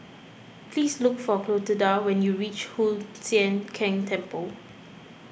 please look for Clotilda when you reach Hoon Sian Keng Temple